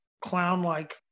clown-like